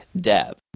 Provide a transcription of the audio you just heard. Deb